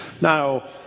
Now